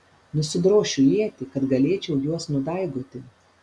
nusidrošiu ietį kad galėčiau juos nudaigoti